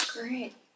Great